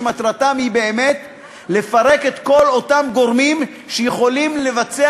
שמטרתם באמת לפרק את כל אותם גורמים שיכולים לבצע